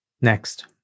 Next